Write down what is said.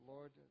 Lord